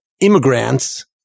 Immigrants